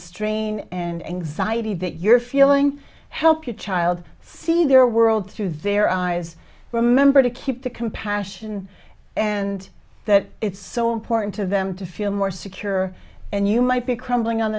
strain and anxiety that you're feeling help your child see their world through their eyes remember to keep the compassion and that it's so important to them to feel more secure and you might be crumbling on